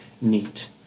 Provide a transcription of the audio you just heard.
neat